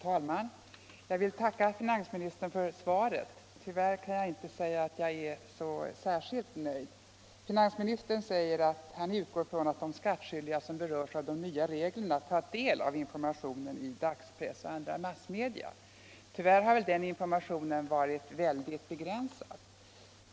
Fru talman! Jag vill tacka finansministern för svaret. Tyvärr kan jag inte säga att jag är så särskilt nöjd. Finansministern säger att han utgår ifrån att de skattskyldiga som berörs av de nya reglerna tar del av in formationen i dagspress och andra massmedia. Tyvärr har den informationen varit mycket begränsad.